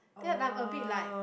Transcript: then I'm a bit like